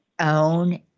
own